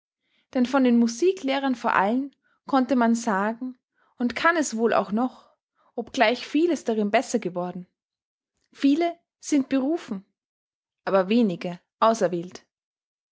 denn von den musiklehrern vor allen konnte man sagen und kann es wohl auch noch obgleich vieles darin besser geworden viele sind berufen aber wenige auserwählt